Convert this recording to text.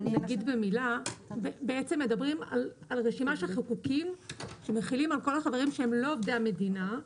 מדברים על רשימה של חיקוקים שמחילים על כל החברים שהם לא עובדי המדינה.